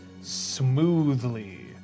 smoothly